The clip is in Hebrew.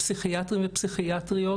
פסיכיאטרים ופסיכיאטריות,